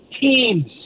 teams